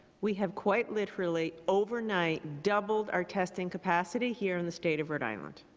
we have quite literally overnight doubled our testing capacity here in the state of rhode island.